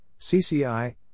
CCI